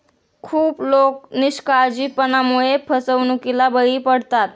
खूप लोक निष्काळजीपणामुळे फसवणुकीला बळी पडतात